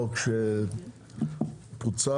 חוק שפוצל.